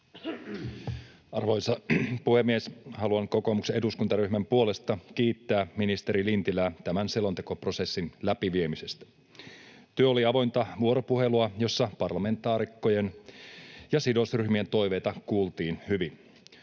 Arvoisa puhemies! Haluan kokoomuksen eduskuntaryhmän puolesta kiittää ministeri Lintilää tämän selontekoprosessin läpiviemisestä. Työ oli avointa vuoropuhelua, jossa parlamentaarikkojen ja sidosryhmien toiveita kuultiin hyvin.